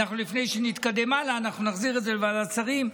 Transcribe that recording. לפני שנתקדם הלאה, נחזיר את זה לוועדת שרים.